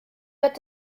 wird